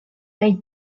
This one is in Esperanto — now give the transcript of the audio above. kaj